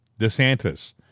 DeSantis